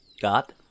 Got